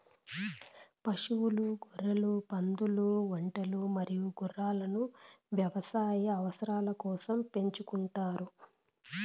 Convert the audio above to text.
పశువులు, గొర్రెలు, పందులు, ఒంటెలు మరియు గుర్రాలను వ్యవసాయ అవసరాల కోసం పెంచుకుంటారు